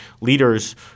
leaders